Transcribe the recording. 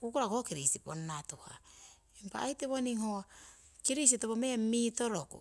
kukuraku ho kirisi ponna tuhah, impa ai tiwoning ho kirisi mitoroku.